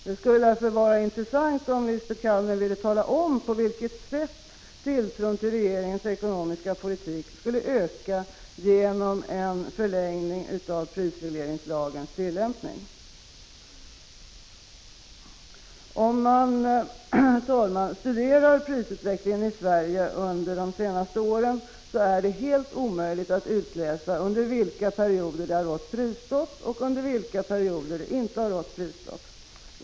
Det skulle vara intressant om Lisbet Calner ville tala om på vilket sätt tilltron till regeringens ekonomiska politik skulle öka genom en förlängning av prisregleringslagens tillämpning. Herr talman! När man studerar prisutvecklingen i Sverige under de senaste åren är det helt omöjligt att utläsa under vilka perioder det har rått prisstopp och under vilka det inte gjort det.